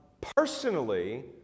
personally